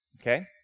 okay